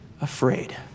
Afraid